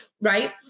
Right